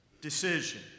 decision